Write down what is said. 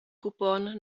kupón